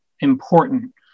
important